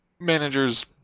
managers